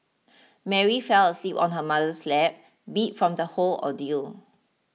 Mary fell asleep on her mother's lap beat from the whole ordeal